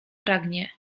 pragnie